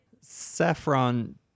Saffron